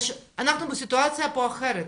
אנחנו בסיטואציה פה אחרת,